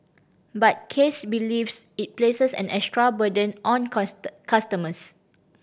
but Case believes it places an extra burden on customers